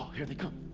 here they come!